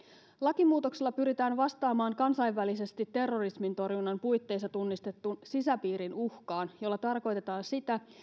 lakimuutoksilla pyritään vastaamaan kansainvälisesti terrorismin torjunnan puitteissa tunnistettuun sisäpiirin uhkaan jolla tarkoitetaan sitä